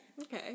okay